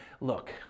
look